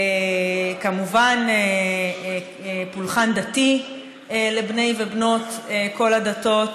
כמובן פולחן דתי לבני ולבנות כל הדתות,